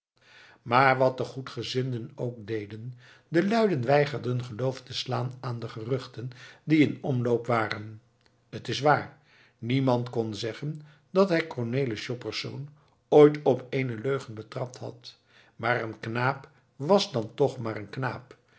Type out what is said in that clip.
maar wat de goedgezinden ook deden de luiden weigerden geloof te slaan aan de geruchten die in omloop waren het is waar niemand kon zeggen dat hij cornelis joppensz ooit op eene leugen betrapt had maar een knaap was dan toch maar een knaap